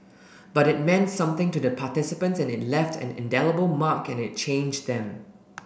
but it meant something to the participants and it left an indelible mark and it changed them